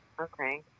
Okay